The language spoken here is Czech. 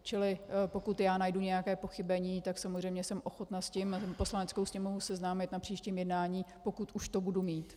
Čili pokud najdu nějaké pochybení, jsem samozřejmě ochotna s tím Poslaneckou sněmovnu seznámit na příštím jednání, pokud už to budu mít.